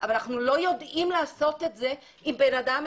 אבל אנחנו לא יודעים לעשות את זה עם בן אדם,